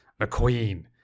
McQueen